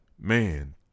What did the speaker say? man